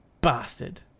bastard